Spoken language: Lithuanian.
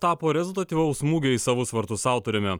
tapo rezultatyvaus smūgio į savus vartus autoriumi